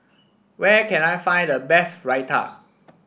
where can I find the best Raita